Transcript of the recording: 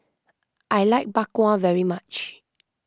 I like Bak Kwa very much